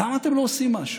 למה אתם לא עושים משהו?